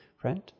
friend